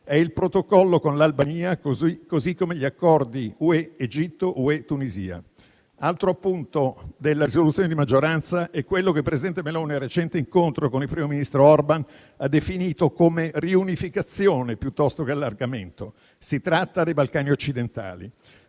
il protocollo con l'Albania, così come gli accordi UE-Egitto, UE-Tunisia. Altro punto della proposta di risoluzione di maggioranza è quello che il presidente Meloni, nel recente incontro con il primo ministro Orbán, ha definito come riunificazione piuttosto che allargamento. Si tratta dei Balcani occidentali.